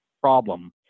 problem